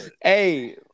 Hey